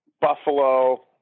Buffalo